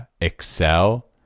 excel